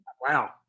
Wow